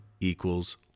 equals